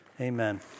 Amen